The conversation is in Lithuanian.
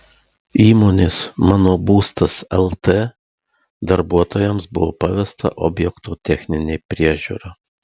įmonės mano būstas lt darbuotojams buvo pavesta objekto techninė priežiūra